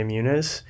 Muniz